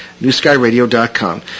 newskyradio.com